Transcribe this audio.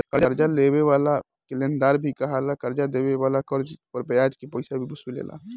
कर्जा देवे वाला के लेनदार भी कहाला, कर्जा देवे वाला कर्ज पर ब्याज के पइसा भी वसूलेला